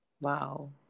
Wow